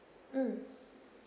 mm